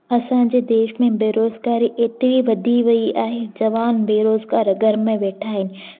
असांजे देश में बेरोज़गारी एतिरी वधी वई आहे जवान बेरोज़गार घर में वेठा आहिनि